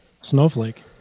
snowflake